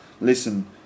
listen